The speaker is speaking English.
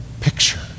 picture